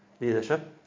leadership